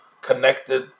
connected